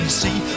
see